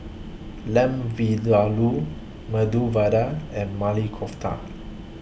Lamb Vindaloo Medu Vada and Maili Kofta